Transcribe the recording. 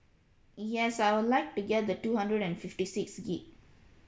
yes I would like to get the two hundred and fifty six gig